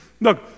Look